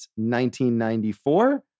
1994